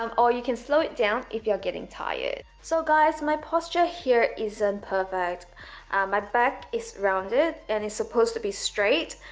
um or you can slow it down if you're getting tired so guys my posture here isn't perfect my back is rounded, and it's supposed to be straight,